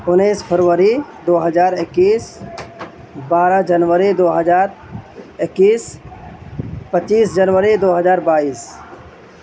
انیس فروری دو ہزار اکیس بارہ جنوری دو ہزار اکیس پچیس جنوری دو ہزار بائیس